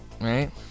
Right